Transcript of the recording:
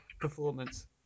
performance